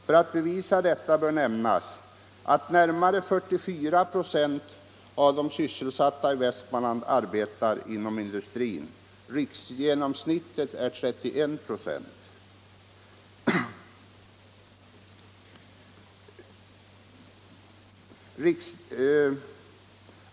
För att bevisa detta vill jag nämna att närmare 44 ", av de sysselsatta i Västmanland arbetar inom industrin — riksgenomsnittet är 31 ".. 63 ".